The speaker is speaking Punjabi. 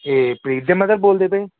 ਇਹ ਪ੍ਰੀਤ ਦੇ ਮਦਰ ਬੋਲਦੇ ਪਏ